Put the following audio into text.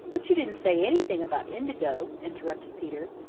but you didn't say anything about indigo, interrupted peter.